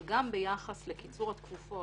אבל גם ביחס לקיצור התקופות